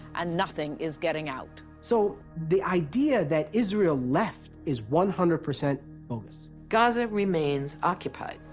and nothing is getting out. so the idea that israel left is one hundred percent bogus. gaza remains occupied.